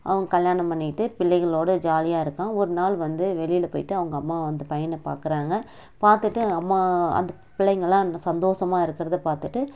அவன் கல்யாணம் பண்ணிகிட்டு பிள்ளைகளோடு ஜாலியாக இருக்கான் ஒரு நாள் வந்து வெளியில் போயிட்டு அவங்க அம்மா வந்து அந்த பையனை பார்க்குறாங்க பார்த்துட்டு அம்மா அந்த பிள்ளைங்கெளாம் சந்தோஷமா இருக்குறதை பார்த்துட்டு